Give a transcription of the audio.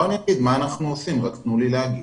אגיד מה אנחנו עושים, רק תנו לי להגיב.